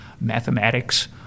mathematics